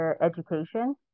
education